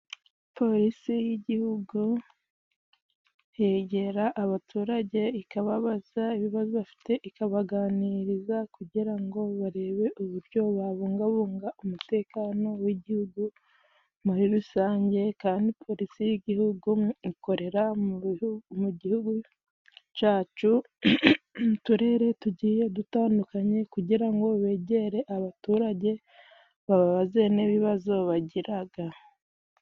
Polisi y'igihugu yegera abaturage ikababaza ibibazo bafite, ikabaganiriza kugira ngo barebe uburyo babungabunga umutekano w'igihugu. Muri rusange kandi polisi y'igihugu ikorera mu gihugu cacu mu turere tugiye dutandukanye kugira ngo begere abaturage bababaze n'ibibazo bagiraga.